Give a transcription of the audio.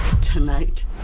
tonight